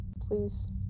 Please